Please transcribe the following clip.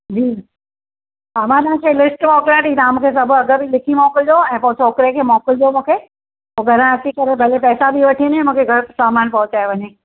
जी हा मां तव्हांखे लिस्ट मोकिलियांव थी तव्हां मूंखे सभु अघ बि लिखी मोकिलिजो ऐं पोइ छोकिरे खे मोकिलिजो मूंखे पोइ घरां अची करे भले पैसा बि वठी वञे मूंखे घरु सामान पहुचाए वञे